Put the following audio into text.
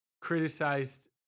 criticized